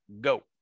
go